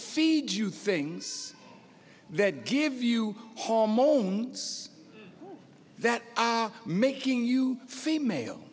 feed you things that give you home loans that are making you female